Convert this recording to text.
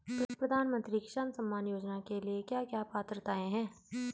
प्रधानमंत्री किसान सम्मान योजना के लिए क्या क्या पात्रताऐं हैं?